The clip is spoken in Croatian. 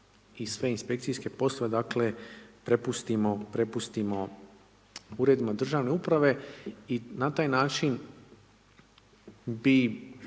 i sve inspekcijske poslove, dakle, prepustimo Uredima državne uprave i na taj način bi